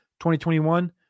2021